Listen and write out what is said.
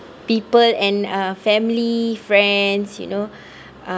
people and uh family friends you know uh